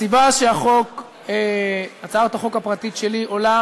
הסיבה שהצעת החוק הפרטית שלי עולה